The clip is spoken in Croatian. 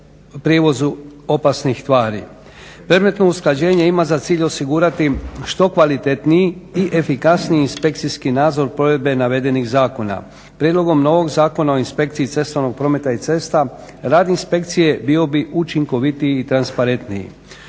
prijevozu opasnih tvari. Predmetno usklađenje ima za cilj osigurati što kvalitetniji i efikasniji inspekcijski nadzor provedbe navedenih zakona. Prijedlogom novog Zakona o inspekciji cestovnog prometa i cesta rad inspekcije bio bi učinkovitiji i transparentniji.